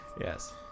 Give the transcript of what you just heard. Yes